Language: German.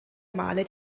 male